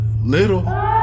Little